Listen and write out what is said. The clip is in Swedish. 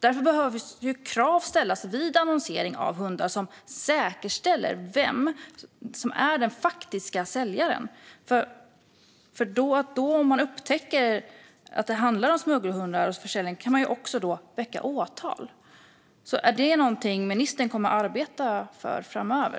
Därför behöver krav ställas vid annonsering av hundar, som säkerställer vem som är den faktiska säljaren. Om man upptäcker att det handlar om försäljning av smuggelhundar kan man väcka åtal. Är detta något som ministern kommer att arbeta för framöver?